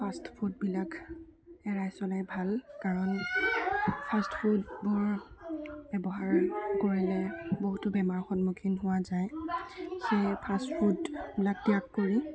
fast ফুডবিলাক এৰাই চলাই ভাল কাৰণ ফাষ্ট ফুডবোৰ ব্যৱহাৰ কৰিলে বহুতো বেমাৰ সন্মুখীন হোৱা যায় সেই ফাষ্ট ফুডবিলাক ত্যাগ কৰি